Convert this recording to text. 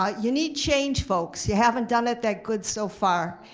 ah you need change folks, you haven't done it that good so far.